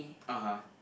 (uh huh)